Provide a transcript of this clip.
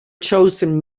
chosen